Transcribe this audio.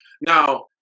Now